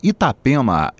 Itapema